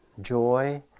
Joy